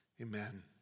Amen